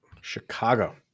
Chicago